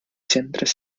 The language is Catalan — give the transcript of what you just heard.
centres